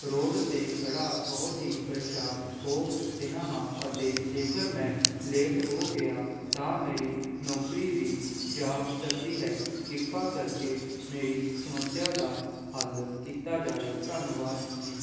road 'ਤੇ ਖੜ੍ਹਾ ਬਹੁਤ ਹੀ ਪ੍ਰੇਸ਼ਾਨ ਹੋ ਰਿਹਾ ਹਾਂ ਅਤੇ ਜੇਕਰ ਮੈਂ ਲੇਟ ਹੋ ਗਿਆ ਤਾਂ ਮੇਰੀ ਨੌਕਰੀ ਵੀ ਜਾ ਸਕਦੀ ਹੈ ਕਿਰਪਾ ਕਰਕੇ ਮੇਰੀ ਸਮੱਸਿਆ ਦਾ ਹੱਲ ਕੀਤਾ ਜਾਵੇ ਧੰਨਵਾਦ ਜੀ